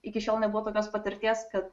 iki šiol nebuvo tokios patirties kad